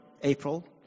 April